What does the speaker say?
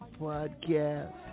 Podcast